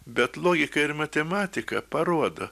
bet logika ir matematika parodo